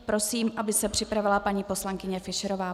Prosím, aby se připravila paní poslankyně Fischerová.